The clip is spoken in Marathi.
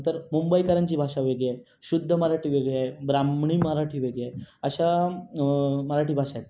नंतर मुंबईकरांची भाषा वेगळी आहे शुध्द मराठी वेगळी आहे ब्राम्हणी मराठी वेगळी आहे अशा मराठी भाषा आहेत